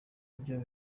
byo